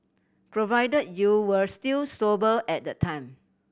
provided you were still sober at the time